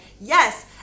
yes